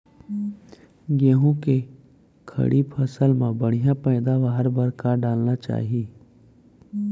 गेहूँ के खड़ी फसल मा बढ़िया पैदावार बर का डालना चाही?